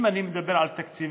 אם אני מדבר על תקציבי